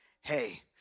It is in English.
hey